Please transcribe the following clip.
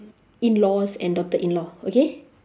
in-laws and daughter-in-law okay